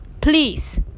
please